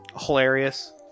hilarious